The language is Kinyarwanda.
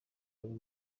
ayo